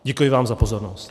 Děkuji vám za pozornost.